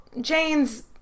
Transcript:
Jane's